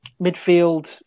Midfield